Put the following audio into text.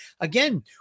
again